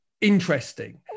Interesting